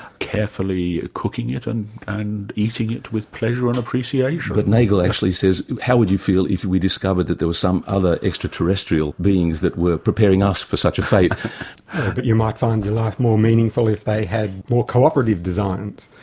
carefully cooking it and and eating it with pleasure and appreciation? but nagel actually says how would you feel if we discovered that there was some other extraterrestrial beings that were preparing us for such a fate? yes but you might find your life more meaningful if they had more co-operative designs.